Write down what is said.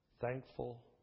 thankful